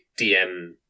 DM